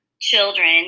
children